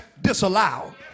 disallowed